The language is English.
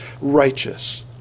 righteous